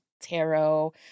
tarot